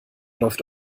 läuft